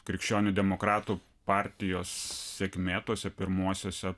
krikščionių demokratų partijos sėkmė tuose pirmuosiuose